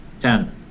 Ten